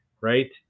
right